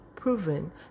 proven